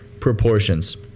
proportions